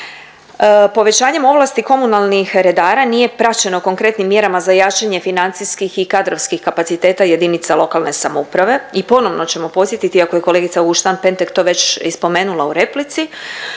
Povećanjem ovlasti komunalnih redara nije praćeno konkretnim mjerama za jačanje financijskih i kadrovskih kapaciteta jedinica lokalne samouprave. I ponovno ćemo podsjetiti, iako je kolegica Auguštan Pentek to već i spomenula u replici,